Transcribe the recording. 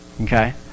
Okay